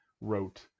wrote